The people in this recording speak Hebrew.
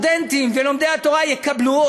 שהסטודנטים ולומדי התורה יקבלו.